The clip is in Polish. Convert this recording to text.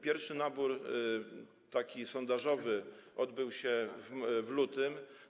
Pierwszy nabór, taki sondażowy, odbył się w lutym.